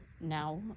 now